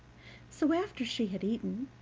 so after she had eaten,